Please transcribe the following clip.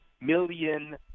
million